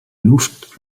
luft